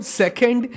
second